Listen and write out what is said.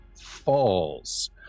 falls